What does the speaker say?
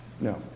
No